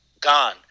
gone